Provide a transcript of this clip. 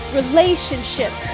relationship